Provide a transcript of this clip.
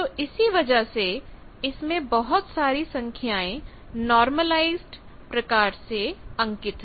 तो इसी वजह से इसमें बहुत सारी संख्याएं नार्मलाईज़ेड प्रकार से अंकित हैं